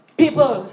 people